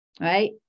Right